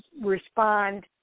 respond